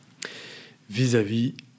vis-à-vis